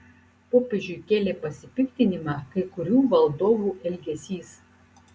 popiežiui kėlė pasipiktinimą kai kurių valdovų elgesys